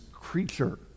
creature